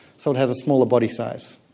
so it has a smaller body size.